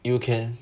you can